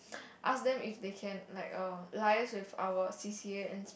ask them if they can like err liaise with our c_c_a and